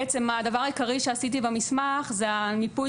בעצם הדבר העיקרי שעשיתי במסמך זה הניפוי